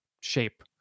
shape